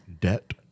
debt